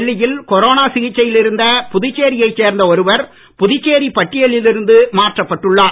டெல்லியில் கொரோனா சிகிச்சையில் இருந்த புதுச்சேரியைச் சேர்ந்த ஒருவர் புதுச்சேரி பட்டியலில் இருந்து மாற்றப்பட்டுள்ளார்